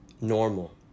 normal